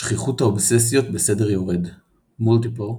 שכיחות האובססיות בסדר יורד multiple,